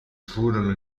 furono